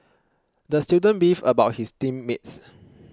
the student beefed about his team mates